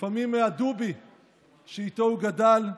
ולפעמים הדובי שאיתו הוא גדל,